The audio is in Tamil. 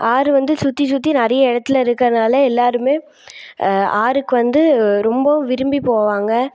ஆறு வந்து சுற்றி சுற்றி நிறைய இடத்துல இருக்கிறனால எல்லாேருமே ஆறுக்கு வந்து ரொம்பவும் விரும்பி போவாங்க